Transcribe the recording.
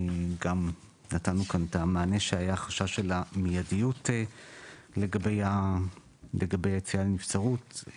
גם נתנו כאן את המענה שהיה חשש של המיידיות לגבי היציאה לנבצרות,